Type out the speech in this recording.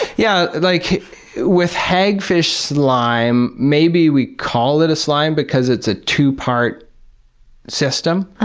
yeah, like with hagfish slime, maybe we call it a slime because it's a two-part system. ah